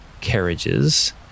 carriages